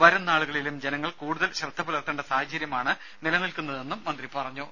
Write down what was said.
വരും നാളുകളിലും ജനങ്ങൾ കൂടുതൽ ശ്രദ്ധ പുലർത്തേണ്ട സാഹചര്യമാണ് നിലനിൽക്കുന്നതെന്നും മന്ത്രിപറഞ്ഞു